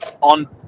on